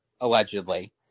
allegedly